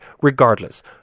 regardless